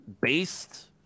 based